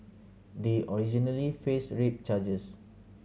they originally faced rape charges